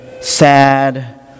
sad